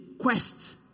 quest